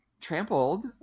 trampled